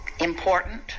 important